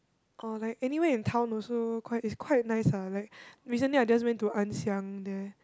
or like anywhere in town also quite is quite nice ah like recently I just went to Ann-Siang there